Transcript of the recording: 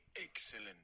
excellent